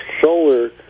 solar